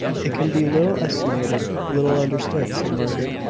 it can be little estimated little understood, said margaret,